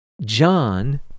John